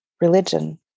religion